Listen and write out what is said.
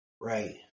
Right